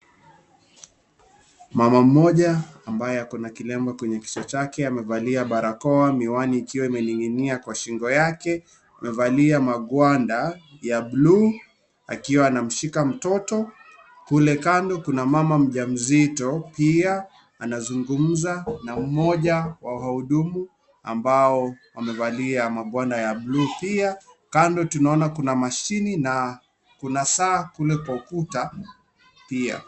Mama mmoja ambaye ako na kilemba kwenye kichwa chake amevalia barakoa miwani ikiwa imening'inia kwenye shingo yake. Amevalia makwanda ya bluu akiwa anamshika mtoto. Kule Kando kuna mama mjamzito, pia anazungumza na mmoja wa wahudumu ambao wamevalia makwanda ya bluu pia. Kando tunaona kuna mashini na kuna saa kule kwa ukuta pia.